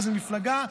לאיזו מפלגה?